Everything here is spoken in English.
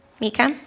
Mika